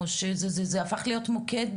זה הפך להיות מוקד,